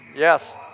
Yes